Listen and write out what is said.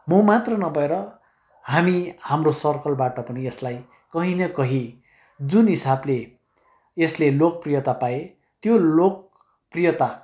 म मात्र नभएर हामी हम्रो सर्कलबाट पनि यसलाई कहीँ न कहीँ जुन हिसाबले यसले लोकप्रियता पाए त्यो लोकप्रियता